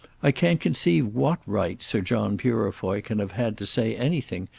i can't conceive what right sir john purefoy can have had to say anything,